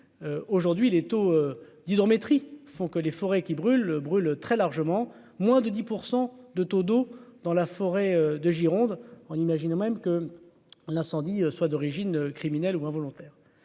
aujourd'hui les taux d'hydrométrie font que les forêts qui brûle, brûle très largement moins de 10 pour 100 de taux d'eau dans la forêt de Gironde on imagine même que l'incendie soit d'origine criminelle ou involontaire